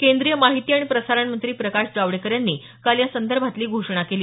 केंद्रीय माहिती आणि प्रसारण मंत्री प्रकाश जावडेकर यांनी काल या संदर्भातली घोषणा केली